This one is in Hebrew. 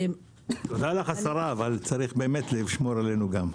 תודה לך השרה, אבל צריך באמת לשמור גם עלינו.